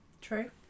True